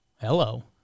Hello